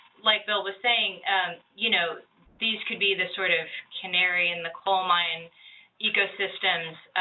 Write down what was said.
like bill was saying, and you know these could be the sort of canary in the coal mine ecosystems.